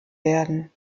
werden